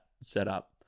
setup